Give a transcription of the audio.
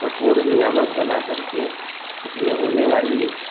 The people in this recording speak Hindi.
कठोर नियामक बना करके इसमें होने वाली